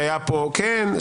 כן.